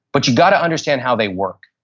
but you got to understand how they work.